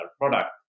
product